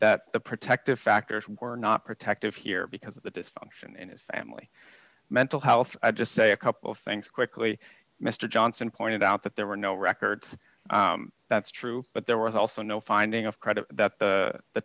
that the protective factors were not protected here because of the dysfunction in his family mental health i just say a couple of things quickly mr johnson pointed out that there were no records that's true but there was also no finding of credit that the